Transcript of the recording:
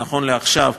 נכון לעכשיו,